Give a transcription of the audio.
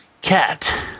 Cat